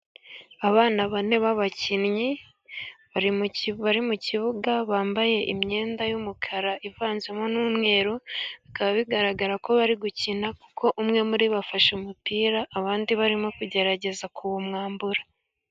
Abana bane b'abakinnyi, bari mu kibuga bambaye imyenda y'umukara ivanzemo n'umweru, bikaba bigaragara ko bari gukina, kuko umwe muri bo afashe umupira, abandi barimo kugerageza kuwumwambura.